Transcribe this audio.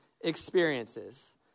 experiences